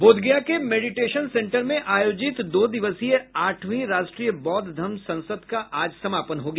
बोधगया के meditation centre में आयोजित दो दिवसीय आठवीं राष्ट्रीय बौद्ध धम्म संसद का आज समापन हो गया